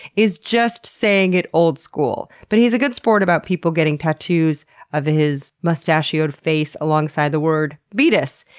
is just saying it old school. but he's a good sport about people getting tattoos of his mustachioed face, alongside the word betus.